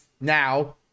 now